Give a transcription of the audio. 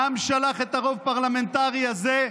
העם שלח את הרוב הפרלמנטרי הזה,